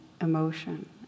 emotion